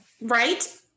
Right